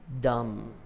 dumb